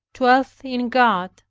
dwelleth in god,